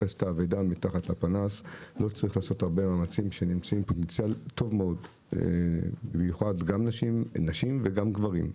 ולא צריך לעשות הרבה מאמצים במיוחד כשיש פוטנציאל של נשים וגם גברים.